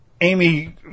Amy